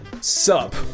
sup